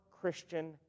Christian